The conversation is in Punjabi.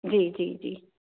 ਜੀ ਜੀ ਜੀ